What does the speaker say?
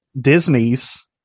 Disney's